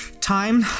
time